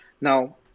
Now